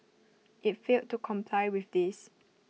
IT failed to comply with this